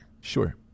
Sure